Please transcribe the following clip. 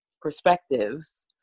perspectives